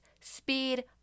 speed